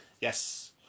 yes